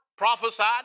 Prophesied